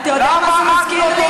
אתה יודע מה זה מזכיר לי?